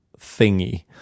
thingy